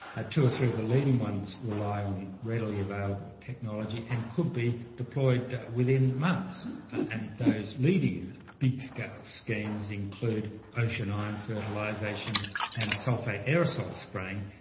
ah two or three of the leading ones rely on readily available technology and could be deployed within months. and those leading big-scale schemes include ocean iron fertilisation and sulphate aerosol spraying,